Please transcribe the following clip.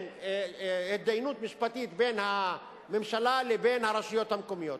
על התדיינות משפטית בין הממשלה לבין הרשויות המקומיות.